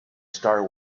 star